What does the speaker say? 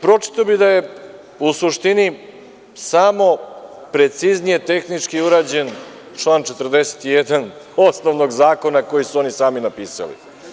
Pročitao bih da je, u suštini samo preciznije tehnički urađen član 41. osnovnog zakona koji su oni sami napisali.